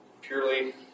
purely